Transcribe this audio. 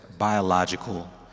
biological